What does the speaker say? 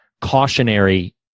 cautionary